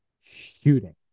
Shooting